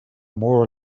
more